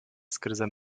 skrze